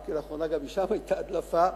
אם כי לאחרונה גם משם היתה הדלפה,